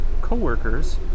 co-workers